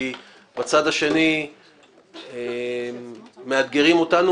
כי בצד השני מאתגרים אותנו,